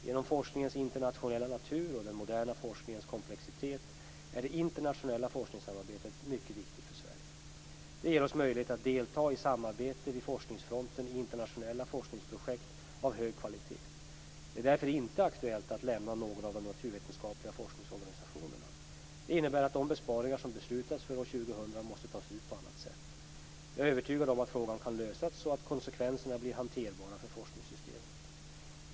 Genom forskningens internationella natur och den moderna forskningens komplexitet är det internationella forskningssamarbetet mycket viktigt för Sverige. Det ger oss möjlighet att delta i samarbetet vid forskningsfronten i internationella forskningsprojekt av hög kvalitet. Det är därför inte aktuellt att lämna någon av de naturvetenskapliga forskningsorganisationerna. Detta innebär att de besparingar som beslutats för år 2000 måste tas ut på annat sätt. Jag är övertygad om att frågan kan lösas så att konsekvenserna blir hanterbara för forskningssystemet.